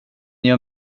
gör